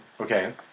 Okay